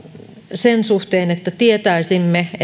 sen suhteen että tietäisimme